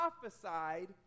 prophesied